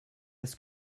das